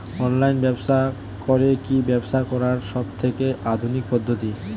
Online ব্যবসা করে কি ব্যবসা করার সবথেকে আধুনিক পদ্ধতি?